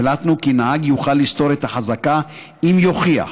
החלטנו כי נהג יוכל לסתור את החזקה אם יוכיח,